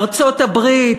ארצות-הברית,